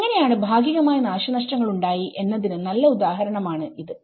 എങ്ങനെയാണ് ഭാഗികമായി നാശനഷ്ടങ്ങളുണ്ടായി എന്നതിന് നല്ല ഉദാഹരണമാണ് ഇത്